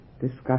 discuss